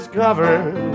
covered